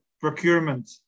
procurement